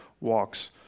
walks